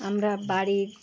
আমরা বাড়ির